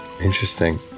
Interesting